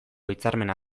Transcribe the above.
hitzarmena